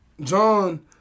John